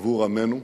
עבור עמנו.